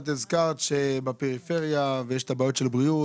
את הזכרת שבפריפריה יש את הבעיות של בריאות